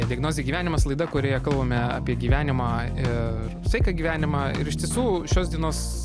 diagnozė gyvenimas laida kurioje kalbame apie gyvenimą ir sveiką gyvenimą ir iš tiesų šios dienos